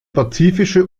pazifische